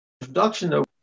introduction